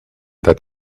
that